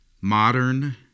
modern